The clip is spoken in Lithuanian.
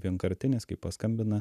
vienkartinės kai paskambina